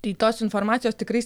tai tos informacijos tikrai